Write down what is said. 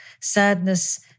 sadness